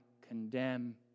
condemn